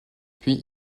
puis